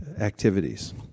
activities